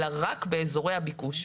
אלא רק באזורי הביקוש.